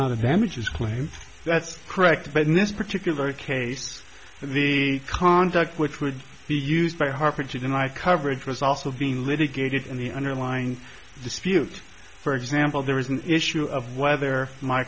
not advantages claim that's correct but in this particular case the conduct which would be used by harper to deny coverage was also being litigated in the underlying dispute for example there is an issue of whether my